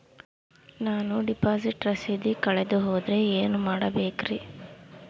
ನಾನು ಡಿಪಾಸಿಟ್ ರಸೇದಿ ಕಳೆದುಹೋದರೆ ಏನು ಮಾಡಬೇಕ್ರಿ?